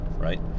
right